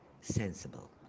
sensible